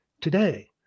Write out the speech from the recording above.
Today